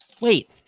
Wait